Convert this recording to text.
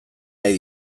nahi